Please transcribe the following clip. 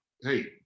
hey